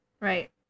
right